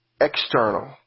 external